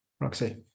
Roxy